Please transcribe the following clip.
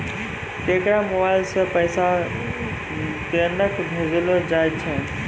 केकरो मोबाइल सऽ पैसा केनक भेजलो जाय छै?